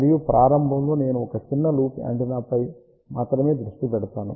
మరియు ప్రారంభంలో నేను ఒక చిన్న లూప్ యాంటెన్నాపై మాత్రమే దృష్టి పెడతాను